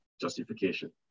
justification